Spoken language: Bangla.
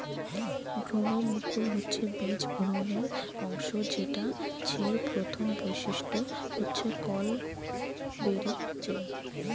ভ্রূণমুকুল হচ্ছে বীজ ভ্রূণের অংশ যেটা ছের প্রথম বৈশিষ্ট্য হচ্ছে কল বেরি যায়